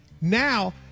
Now